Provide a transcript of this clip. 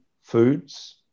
foods